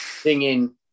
singing